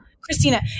Christina